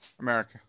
America